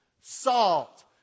Salt